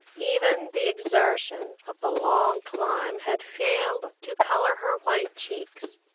even the exertion of the long climb had failed to color her white cheeks,